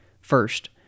First